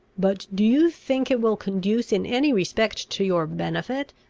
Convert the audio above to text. but do you think it will conduce in any respect to your benefit,